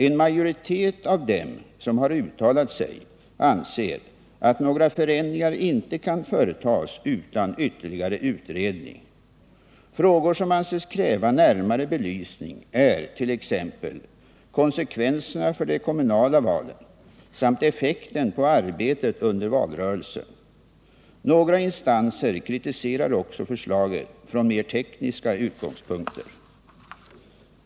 En majoritet av dem som har uttalat sig anser att några förändringar inte kan företas utan ytterligare utredning. Frågor som anses kräva närmare belysning är t.ex. konsekvenserna för de kommunala valen samt effekten på arbetet under valrörelsen. Några instanser kritiserar också förslaget från mer tekniska utgångspunkter.